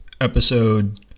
episode